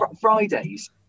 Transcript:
Fridays